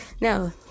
No